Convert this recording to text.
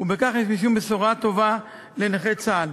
ובכך יש משום בשורה טובה לנכי צה"ל.